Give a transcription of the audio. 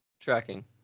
tracking